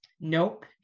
nope